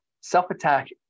Self-attack